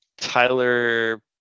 Tyler